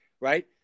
right